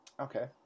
Okay